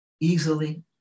easily